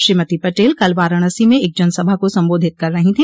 श्रीमती पटेल कल वाराणसी में एक जनसभा को संबोधित कर रही थी